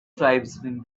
tribesmen